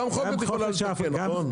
גם חוק את יכולה לתקן נכון?